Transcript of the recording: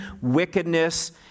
wickedness